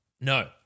No